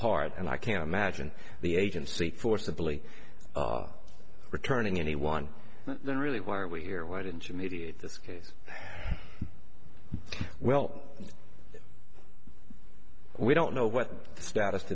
heart and i can't imagine the agency forcibly returning anyone then really why are we here why didn't you mediate this case well we don't know what the status